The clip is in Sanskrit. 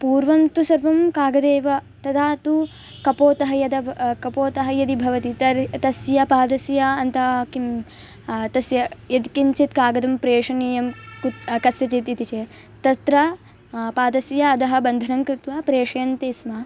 पूर्वं तु सर्वं कागदेव तदा तु कपोतः यद व् कपोतः यदि भवति तर् तस्य पादस्य अन्ते किं तस्य यद् किञ्चित् कागदं प्रेषणीयं कु कस्यचित् इति चेत् तत्र पादस्य अधः बन्धनं कृत्वा प्रेषयन्ति स्म